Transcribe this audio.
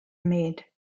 made